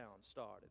started